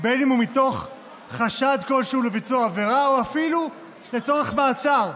אם מתוך חשד כלשהו לביצוע עבירה ואם אפילו לצורך מעצר,